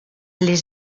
les